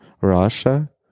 Russia